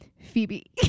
Phoebe